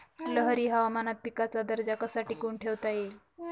लहरी हवामानात पिकाचा दर्जा कसा टिकवून ठेवता येईल?